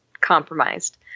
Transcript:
compromised